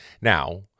Now